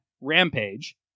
Rampage